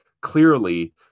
clearly